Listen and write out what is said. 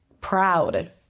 proud